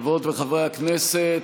חברות וחברי הכנסת,